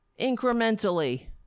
incrementally